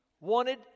wanted